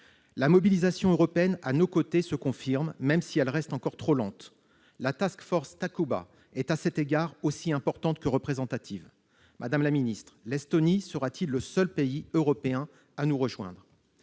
La mobilisation européenne à nos côtés se confirme, même si elle reste encore trop lente. La Takuba est, à cet égard, aussi importante que représentative. Madame la ministre, l'Estonie sera-t-elle le seul pays européen à nous rejoindre ?